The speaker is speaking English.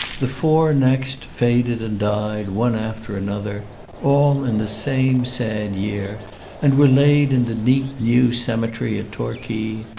the four next faded and died one after another all in the same sad year and were laid in the neat, new cemetery at torquay.